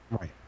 Right